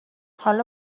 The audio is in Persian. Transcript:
حالا